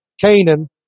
Canaan